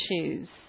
issues